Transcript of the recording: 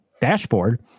dashboard